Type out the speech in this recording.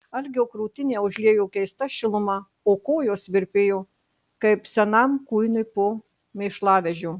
algio krūtinę užliejo keista šiluma o kojos virpėjo kaip senam kuinui po mėšlavežio